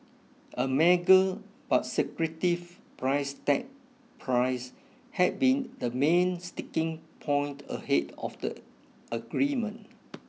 a mega but secretive price tag price had been the main sticking point ahead of the agreement